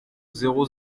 zéro